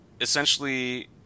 essentially